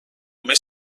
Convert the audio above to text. μες